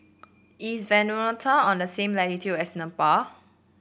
is Vanuatu on the same latitude as Nepal